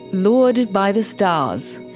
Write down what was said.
lured by the stars.